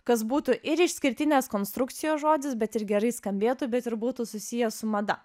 kas būtų ir išskirtinės konstrukcijos žodis bet ir gerai skambėtų bet ir būtų susiję su mada